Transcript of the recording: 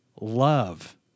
love